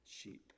sheep